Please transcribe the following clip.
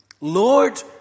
Lord